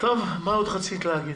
מה עוד רצית להגיד?